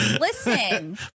Listen